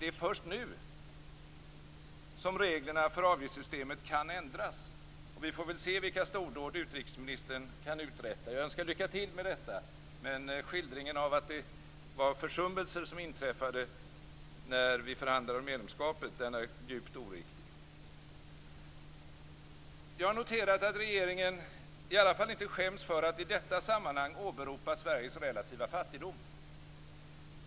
Det är först nu som reglerna för avgiftssystemet kan ändras, och vi får väl se vilka stordåd utrikesministern kan uträtta. Jag önskar lycka till, men skildringen av att det var försummelser som inträffade när vi förhandlade om medlemskapet är djupt oriktig. Jag har noterat att regeringen i alla fall inte skäms för att i detta sammanhang åberopa Sveriges relativa fattigdom.